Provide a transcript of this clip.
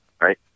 right